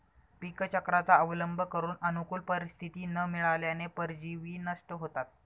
पीकचक्राचा अवलंब करून अनुकूल परिस्थिती न मिळाल्याने परजीवी नष्ट होतात